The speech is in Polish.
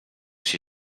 się